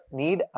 need